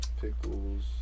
Pickles